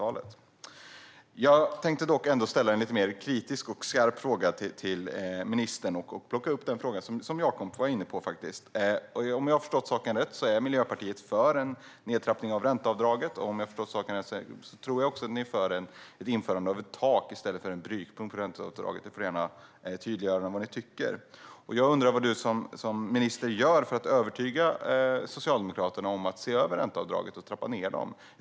Jag vill dock ställa en lite kritisk och skarp fråga till ministern och plocka upp den fråga som Jakob var inne på. Om jag har förstått saken rätt är Miljöpartiet för en nedtrappning av ränteavdraget och för ett införande av ett tak i stället för en brytpunkt av ränteavdraget. Du får gärna tydliggöra vad ni tycker. Jag undrar vad du som minister gör för att övertyga Socialdemokraterna om att se över ränteavdraget och trappa ned det.